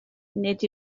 nid